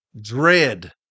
dread